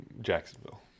Jacksonville